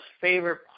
favorite